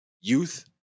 youth